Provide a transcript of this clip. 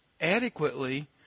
adequately